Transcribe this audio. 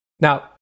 Now